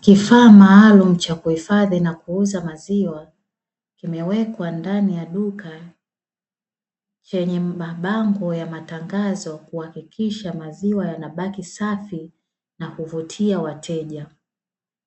Kifaa maalumu cha kuhifadhi na kuuza maziwa, kimewekwa ndani ya duka chenye mabango ya matangazo kuhakikisha maziwa yanabaki safi na kuvutia wateja,